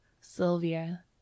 sylvia